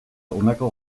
honako